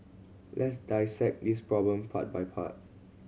let's dissect this problem part by part